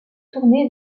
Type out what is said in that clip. tourné